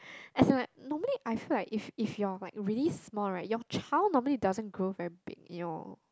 I feel like normally I feel if if you're really small right your child normally doesn't grow very big you know